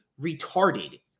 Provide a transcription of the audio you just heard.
retarded